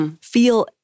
feel